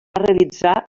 realitzar